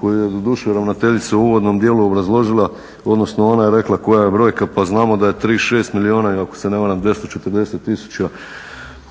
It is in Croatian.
koja je doduše ravnateljica u uvodnom dijelu obrazložila odnosno ona je rekla koja je brojka pa znamo da je 36 milijuna i ako se ne varam 240 tisuća